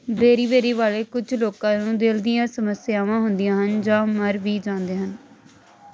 beriberi ਵਾਲੇ ਕੁਝ ਲੋਕਾਂ ਨੂੰ ਦਿਲ ਦੀਆਂ ਸਮੱਸਿਆਵਾਂ ਹੁੰਦੀਆਂ ਹਨ ਜਾਂ ਮਰ ਵੀ ਜਾਂਦੇ ਹਨ